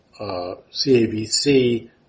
CABC